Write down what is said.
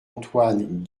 antoine